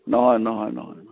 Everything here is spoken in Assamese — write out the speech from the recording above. নহয় নহয় নহয়